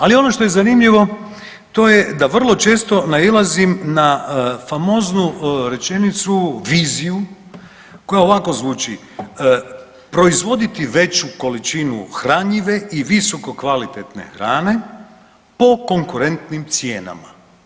Ali ono što je zanimljivo to je da vrlo često nailazim na famoznu rečenicu, viziju koja ovako zvuči, proizvoditi veću količinu hranjive i visokokvalitetne hrane po konkurentnim cijenama.